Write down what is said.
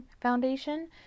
Foundation